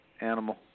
Animal